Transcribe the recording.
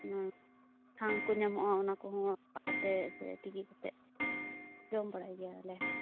ᱚᱸ ᱥᱟᱝ ᱠᱚ ᱧᱟᱢᱚᱜᱼᱟ ᱚᱱᱟ ᱠᱚᱦᱚᱸ ᱟᱛᱟ ᱠᱟᱛᱮᱫ ᱥᱮ ᱛᱤᱠᱤ ᱠᱟᱛᱮᱫ ᱡᱚᱢ ᱵᱟᱲᱟᱭ ᱜᱮᱭᱟᱞᱮ